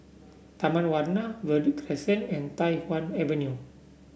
Taman Warna Verde Crescent and Tai Hwan Avenue